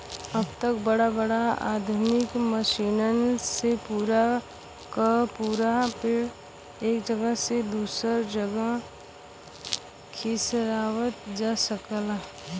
अब त बड़ा बड़ा आधुनिक मसीनन से पूरा क पूरा पेड़ एक जगह से दूसर जगह खिसकावत जा सकला